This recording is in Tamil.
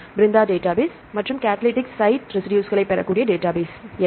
பிரெந்தா டேட்டாபேஸ் மற்றும் கடலிடிக் சைட் ரெசிடுஸ்களை பெறக்கூடிய டேட்டாபேஸ் என்ன